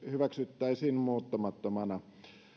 hyväksyttäisiin muuttamattomana